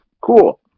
Cool